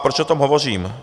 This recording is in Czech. Proč o tom hovořím?